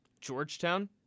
Georgetown